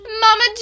Mama